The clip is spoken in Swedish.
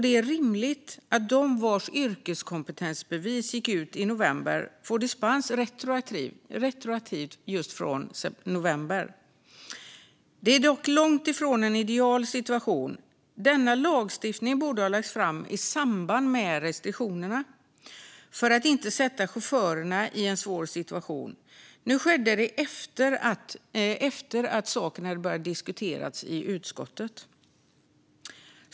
Det är rimligt att de vars yrkeskompetensbevis gick ut i november får dispens retroaktivt från just november. Det är dock långt ifrån en ideal situation; denna lagstiftning borde ha lagts fram i samband med restriktionerna för att inte sätta chaufförerna i en svår situation. Nu skedde det efter att saken hade börjat diskuteras i utskottet.